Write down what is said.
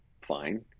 fine